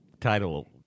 title